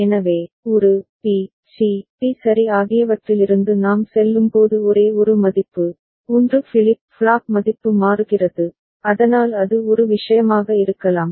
எனவே ஒரு B C D சரி ஆகியவற்றிலிருந்து நாம் செல்லும்போது ஒரே ஒரு மதிப்பு 1 ஃபிளிப் ஃப்ளாப் மதிப்பு மாறுகிறது அதனால் அது ஒரு விஷயமாக இருக்கலாம்